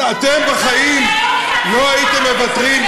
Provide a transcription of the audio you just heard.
אתם בחיים לא הייתם מוותרים,